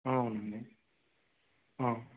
అవును అండి